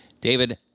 David